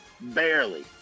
barely